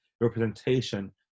representation